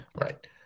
Right